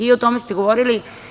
I o tome ste govorili.